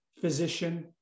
physician